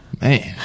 Man